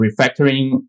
refactoring